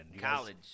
college